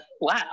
Wow